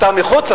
אתה מחוץ?